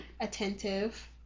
attentive